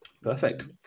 Perfect